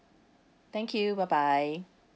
thank you bye bye